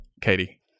Katie